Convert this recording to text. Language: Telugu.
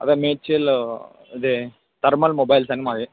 అదే మేడ్చల్ ఇది తర్మల్ మొబైల్స్ అండి మాది